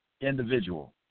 individual